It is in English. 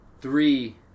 three